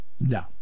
No